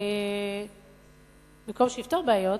יפתור בעיות,